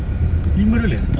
lima dollar